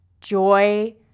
joy